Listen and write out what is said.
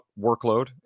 workload